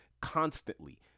constantly